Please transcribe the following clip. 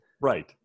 Right